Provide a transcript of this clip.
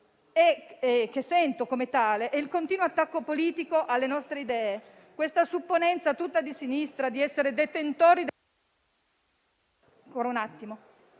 che sento è il continuo attacco politico alle nostre idee, la supponenza tutta di sinistra di essere detentori